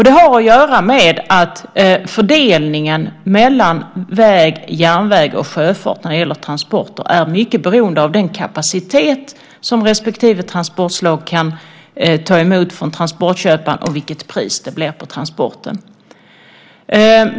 Det har att göra med att fördelningen mellan väg, järnväg och sjöfart när det gäller transporter är mycket beroende av den kapacitet som respektive transportslag kan ta emot från transportköparen och vilket pris det blir på transporten.